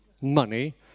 money